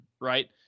right